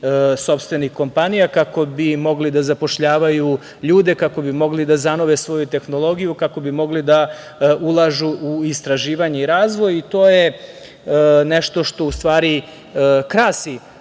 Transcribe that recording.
sopstvenih kompanija, kako bi mogli da zapošljavaju ljude, kako bi mogli da zanove svoju tehnologiju, kako bi mogli da ulažu u istraživanje i razvoj. To je nešto što u stvari krasi